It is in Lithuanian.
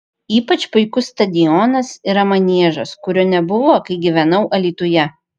ypač puikus stadionas yra maniežas kurio nebuvo kai gyvenau alytuje